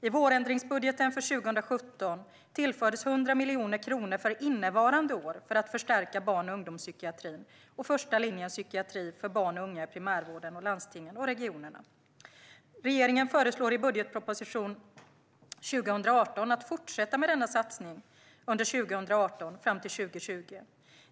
I vårändringsbudgeten för 2017 tillfördes 100 miljoner kronor för innevarande år för att förstärka barn och ungdomspsykiatrin och första linjens psykiatri för barn och unga i primärvården i landstingen och regionerna. Regeringen föreslår i budgetpropositionen 2018 att fortsätta denna satsning under 2018-2020.